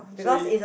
so you